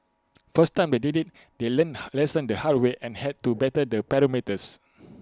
first time they did IT they learnt lessons the hard way and had to better the parameters